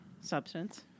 substance